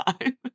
time